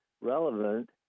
relevant